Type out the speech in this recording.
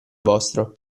vostro